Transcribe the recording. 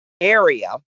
area